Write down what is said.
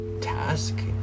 task